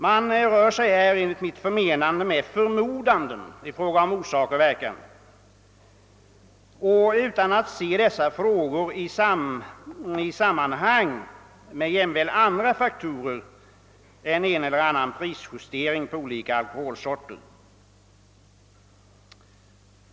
Man rör sig här enligt mitt förmenande med förmodanden i fråga om orsak och verkan utan att se dessa frågor i sammanhang jämväl med andra faktorer än en eller annan prisjustering på olika alkoholsorter.